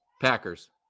Packers